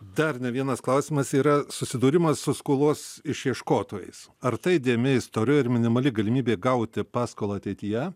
dar ne vienas klausimas yra susidūrimas su skolos išieškotojais ar tai dėmė istorijoje ir minimali galimybė gauti paskolą ateityje